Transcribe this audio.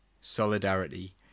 Solidarity